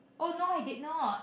oh no I did not